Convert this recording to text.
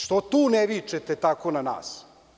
Što tu ne vičete tako na nas?